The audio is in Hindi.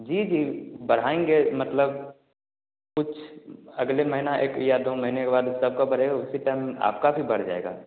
जी जी बढ़ाएँगे मतलब कुछ अगले महीना एक या दो महीने के बाद सब का बढ़ेगा उसी टाइम आपका भी बढ़ जाएगा